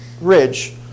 ridge